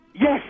Yes